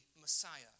Messiah